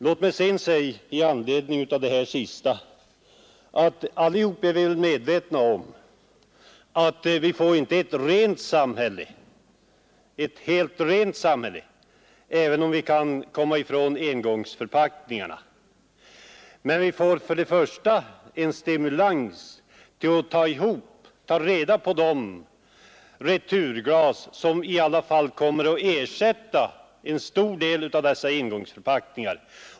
Låt mig sedan framhålla, i anslutning till vad som sades senast, att vi alla är medvetna om att vi inte får ett helt rent samhälle även om vi kan komma ifrån engångsförpackningarna. Men vi får först och främst en stimulans att ta reda på de returglas som kommer att ersätta en stor del av dessa engångsförpackningar.